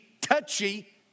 touchy